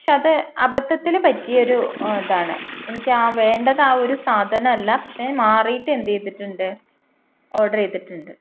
പക്ഷെ അത് അബദ്ധത്തിൽ പറ്റിയൊരു ഇതാണ് എനിക്ക് ആ വേണ്ടത് ആ ഒരു സാധനമല്ല പക്ഷേ മാറിയിട്ട് എന്തു ചെയ്തിട്ടുണ്ട് ഓർഡർ ചെയ്തിട്ടുണ്ട്